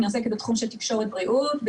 אני עוסקת בתחום של תקשורת בריאות,